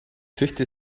fifty